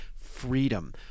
freedom